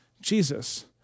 Jesus